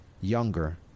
younger